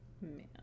Man